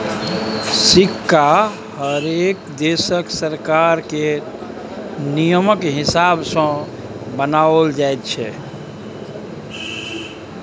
सिक्का हरेक देशक सरकार केर नियमकेँ हिसाब सँ बनाओल जाइत छै